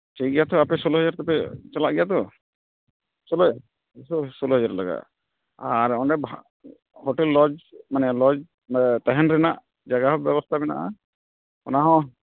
ᱴᱷᱤ ᱜᱮᱭᱟ ᱛᱟᱦᱚᱞᱮ ᱟᱯᱮ ᱥᱳᱞᱞᱳ ᱦᱟᱡᱟᱨ ᱛᱮᱯᱮ ᱪᱟᱞᱟᱜ ᱜᱮᱭᱟ ᱛᱚ ᱪᱮᱞᱮ ᱥᱳᱞᱳ ᱦᱟᱡᱟᱨ ᱞᱟᱜᱟᱜᱼᱟ ᱟᱨ ᱚᱸᱰᱮ ᱦᱳᱴᱮᱞ ᱞᱚᱡᱽ ᱢᱟᱱᱮ ᱞᱚᱡᱽ ᱛᱟᱦᱮᱱ ᱨᱮᱱᱟᱜ ᱡᱟᱭᱜᱟ ᱦᱚᱸ ᱵᱮᱵᱚᱥᱛᱷᱟ ᱢᱮᱱᱟᱜᱼᱟ ᱚᱱᱟ ᱦᱚᱸ